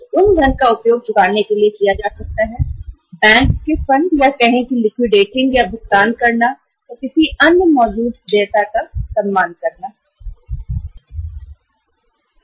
तो इन फंड का इस्तेमाल बैंक फंड या लिक्विडेटिंग के लिए या भुगतान के लिए या वर्तमान देयता का भुगतान करने के लिए किया जा सकता है